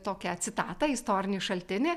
tokią citatą istorinį šaltinį